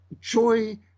joy